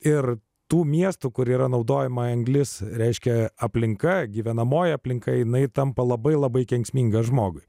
ir tų miestų kur yra naudojama anglis reiškia aplinka gyvenamoji aplinka jinai tampa labai labai kenksminga žmogui